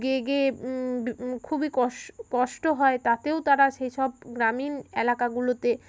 গিয়ে গিয়ে খুবই কষ্ট হয় তাতেও তারা সেই সব গ্রামীণ এলাকাগুলোতে